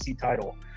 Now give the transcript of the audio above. title